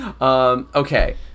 Okay